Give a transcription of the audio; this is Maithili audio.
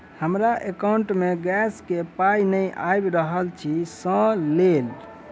हमरा एकाउंट मे गैस केँ पाई नै आबि रहल छी सँ लेल?